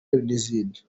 n’izindi